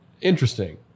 interesting